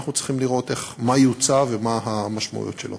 אנחנו צריכים לראות מה יוצע ומה המשמעויות שלו.